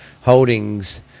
holdings